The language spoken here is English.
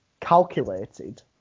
calculated